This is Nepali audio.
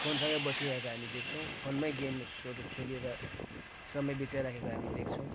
फोनसँगै बसिरहेको हामी देख्छौँ फोनमै गेम्सहरू खेलेर समय बिताइरहेको हामी देख्छौँ